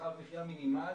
מרחב מחיה מינימלי,